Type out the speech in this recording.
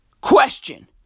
Question